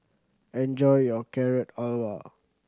enjoy your Carrot Halwa